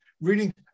reading